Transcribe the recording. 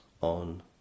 on